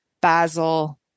Basil